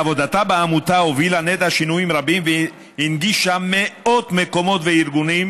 בעבודתה בעמותה הובילה נטע שינויים רבים והנגישה מאות מקומות וארגונים,